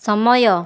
ସମୟ